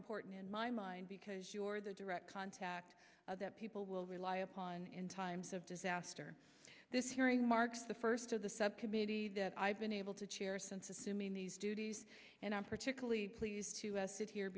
important in my mind because you're the direct contact that people will rely upon in times of disaster this hearing marks the first of the subcommittee that i've been able to chair since assuming these duties and i'm particularly pleased to have sit here